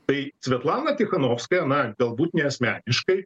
tai svetlana tychanovskaja na galbūt ne asmeniškai